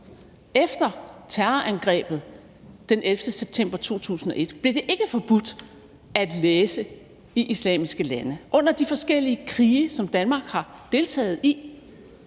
Efter terrorangrebet den 11. september 2001 blev det ikke forbudt at læse i islamiske lande. Under de forskellige krige, som Danmark har deltaget i,